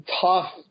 tough